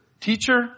Teacher